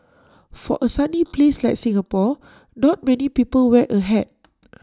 for A sunny place like Singapore not many people wear A hat